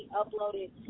uploaded